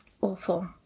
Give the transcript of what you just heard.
Awful